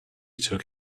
took